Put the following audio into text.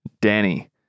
Danny